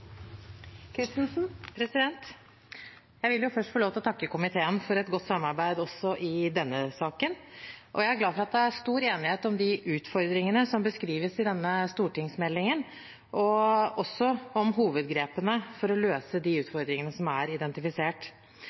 Jeg vil først få lov til å takke komiteen for et godt samarbeid også i denne saken. Jeg er glad for at det er stor enighet om de utfordringene som beskrives i denne stortingsmeldingen, og også om hovedgrepene for å løse de utfordringene som er identifisert.